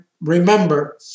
remember